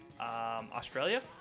Australia